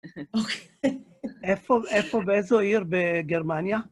איפה, באיזו עיר בגרמניה?